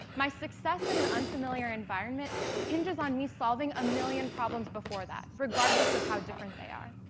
my success in an unfamiliar environment hinges on me solving a million problems before that, regardless of how different they are.